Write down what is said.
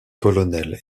colonel